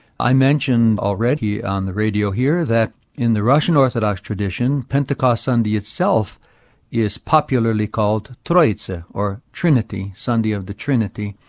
i mentioned already on the radio here that in the russian orthodox tradition pentecost sunday itself is popularly called troitsy, or trinity, sunday of the trinity,